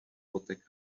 fotek